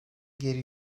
geri